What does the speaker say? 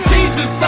Jesus